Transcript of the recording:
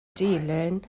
dilyn